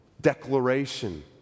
declaration